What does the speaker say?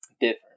Different